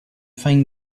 find